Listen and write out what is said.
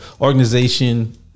organization